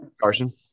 Carson